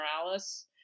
Morales